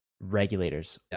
Regulators